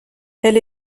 elle